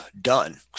done